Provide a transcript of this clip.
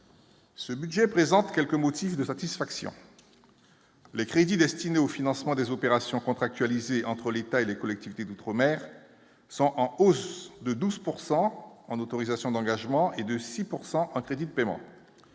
Ce budget présente quelques motifs de satisfaction, les crédits destinés au financement des opérations contractualiser entre l'État et les collectivités d'outre-mer sont en hausse de 12 pourcent en autorisations d'engagement et de 6 pourcent en crédits de paiement,